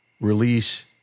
release